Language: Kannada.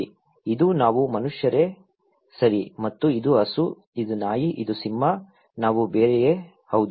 ಸರಿ ಇದು ನಾವು ಮನುಷ್ಯರೇ ಸರಿ ಮತ್ತು ಇದು ಹಸು ಇದು ನಾಯಿ ಇದು ಸಿಂಹ ನಾವು ಬೇರೆಯೇ